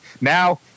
now